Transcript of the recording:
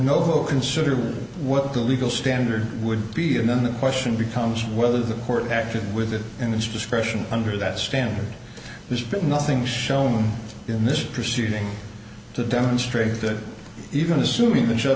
do no consider what the legal standard would be and then the question becomes whether the court acted with it and its discretion under that standard there's been nothing shown in this proceeding to demonstrate that even assuming th